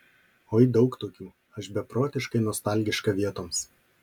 oi daug tokių aš beprotiškai nostalgiška vietoms